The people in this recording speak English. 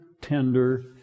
tender